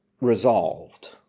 resolved